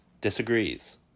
disagrees